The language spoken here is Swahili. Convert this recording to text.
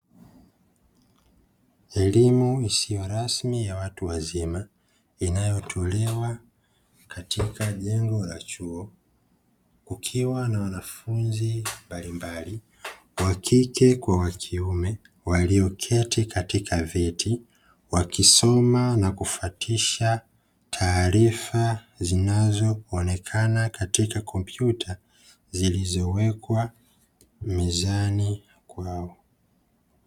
Elimu isiyo rasmi ya watu wazima inayotolewa katika jengo la chuo, ukiwa na wanafunzi mbalimbali, wa kike kwa wa kiume, walioketi katika viti wakisoma na kufuatisha taarifa zinazoonekana katika kompyuta zilizowekwa mezani kwao.